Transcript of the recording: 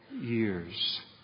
years